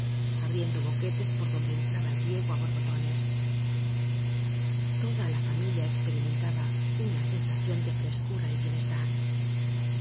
abriendo boquetes por donde entraba el riego á borbotones toda la familia experimentaba una sensa ción de frescura y bienestar